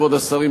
כבוד השרים,